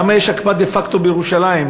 למה יש הקפאה דה-פקטו בירושלים?